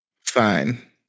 Fine